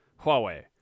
Huawei